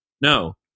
No